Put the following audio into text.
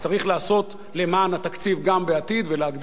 לעשות למען התקציב גם בעתיד ולהגדיל אותו.